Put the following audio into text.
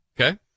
Okay